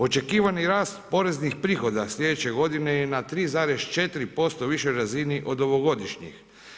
Očekivan rast poreznih prihoda slijedeće godine je na 3,4% u višoj razini od ovogodišnjih.